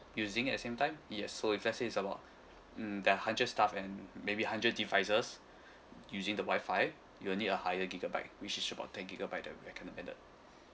using at same time yes so if let say it's about mm there're hundred staff and maybe hundred devices using the Wi-Fi you'll need a higher gigabyte which is about ten gigabytes that I recommended